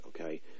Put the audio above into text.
okay